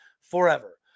forever